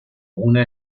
una